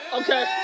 Okay